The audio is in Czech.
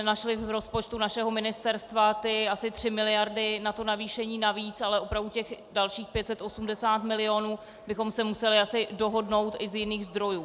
Nenašli jsme v rozpočtu našeho ministerstva ty asi 3 miliardy na to navýšení navíc, ale opravdu těch dalších 580 milionů bychom se museli asi dohodnout i z jiných zdrojů.